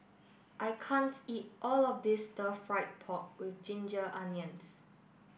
I can't eat all of this Stir Fried Pork with Ginger Onions